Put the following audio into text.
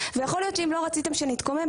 ויכול להיות שאם לא רציתם שנתקומם,